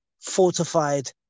fortified